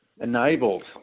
enabled